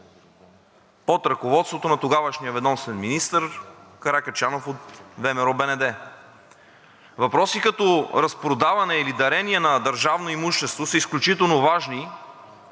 под ръководството на тогавашния ведомствен министър Каракачанов от ВМРО-БНД. Въпроси като разпродаване или дарение на държавно имущество са изключително важни